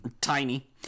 tiny